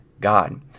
God